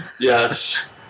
Yes